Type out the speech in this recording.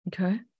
Okay